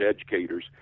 educators